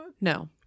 No